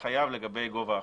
לגבי גובה החוב.